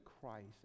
Christ